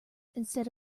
instead